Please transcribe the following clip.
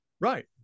right